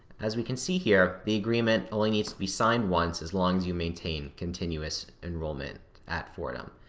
as we can see here, the agreement only needs to be signed once, as long as you maintain continuous enrollment at fordham,